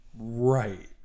Right